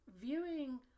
viewing